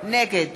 נגד